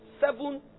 seven